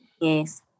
Yes